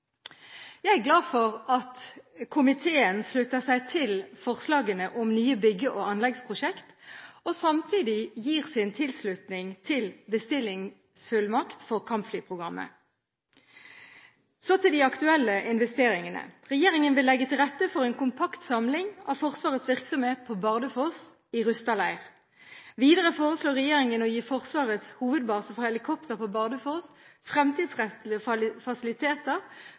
Jeg er glad for at komiteen slutter seg til forslagene om nye bygge- og anleggsprosjekter, og samtidig gir sin tilslutning til bestillingsfullmakt for kampflyprogrammet. Så til de aktuelle investeringene: Regjeringen vil legge til rette for en kompakt samling av Forsvarets virksomhet på Bardufoss i Rusta leir. Videre foreslår regjeringen å gi Forsvarets hovedbase for helikopter på Bardufoss fremtidsrettede fasiliteter